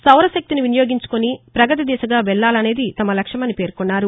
సౌరశక్తిని వినియోగించుకుని ప్రగతి దిశగా వెళ్లాలన్నది తమ లక్ష్యమని అన్నారు